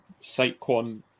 Saquon